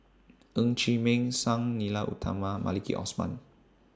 Ng Chee Meng Sang Nila Utama and Maliki Osman